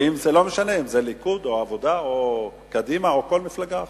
ולא משנה אם הם מהליכוד או מהעבודה או מקדימה או מכל מפלגה אחרת.